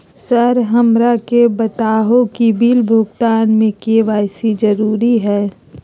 Sir हमरा के बताओ कि बिल भुगतान में के.वाई.सी जरूरी हाई?